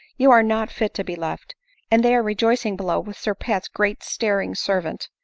you are not fit to be left and they are rejoicing below with sir pat's great staring servant.